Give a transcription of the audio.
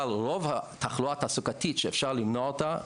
אבל רוב התחלואה התעסוקתית שאפשר למנוע אותה,